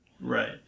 Right